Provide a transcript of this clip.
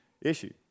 issue